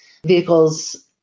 vehicles